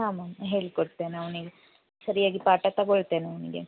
ಹಾಂ ಮ್ಯಾಮ್ ಹೇಳ್ಕೊಡ್ತೇನೆ ಅವನಿಗೆ ಸರಿಯಾಗಿ ಪಾಠ ತಗೋಳ್ತೇನೆ ಅವನಿಗೆ